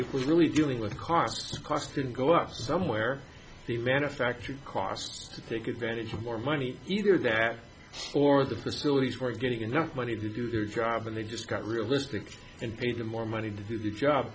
it was really dealing with costs cost can go up somewhere the manufacturing costs to take advantage of more money either that or the facilities weren't getting enough money to do their job and they just got realistic and paid them more money to do the job